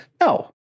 No